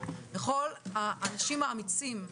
לכל האנשים האמיצים,